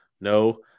no